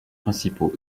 principaux